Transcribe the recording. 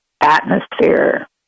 Atmosphere